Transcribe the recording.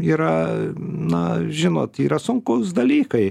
yra na žinot yra sunkūs dalykai